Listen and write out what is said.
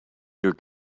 your